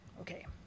Okay